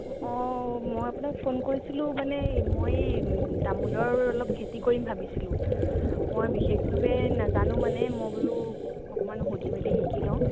অ মই আপোনাক ফোন কৰিছিলোঁ মানে মই এই তামোলৰ অলপ খেতি কৰিম ভাবিছিলোঁ মই বিশেষভাৱে নাজানো মানে মই বোলো অকণমান সুধি মেলি শিকি লওঁ